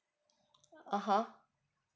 a'ah